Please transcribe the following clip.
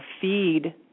feed